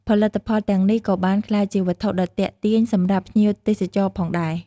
ផលិតផលទាំងនេះក៏បានក្លាយជាវត្ថុដ៏ទាក់ទាញសម្រាប់ភ្ញៀវទេសចរផងដែរ។